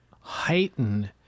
heighten